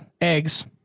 eggs